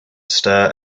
stir